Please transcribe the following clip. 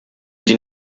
die